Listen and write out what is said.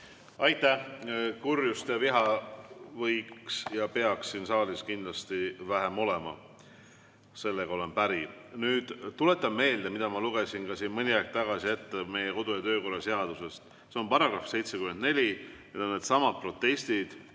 Aitäh! Kurjust ja viha peaks siin saalis kindlasti vähem olema. Sellega olen päri. Nüüd tuletan meelde, mida ma lugesin siin mõni aeg tagasi ette meie kodu- ja töökorra seadusest. See on § 74, need on needsamad protestid